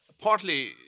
Partly